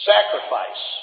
Sacrifice